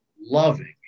loving